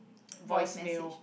voicemail